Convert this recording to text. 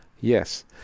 Yes